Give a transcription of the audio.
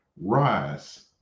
rise